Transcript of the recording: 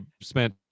spent